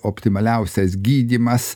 optimaliausias gydymas